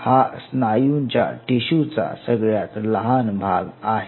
हा स्नायूंच्या टिशू चा सगळ्यात लहान भाग आहे